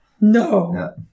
No